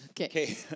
Okay